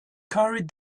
carried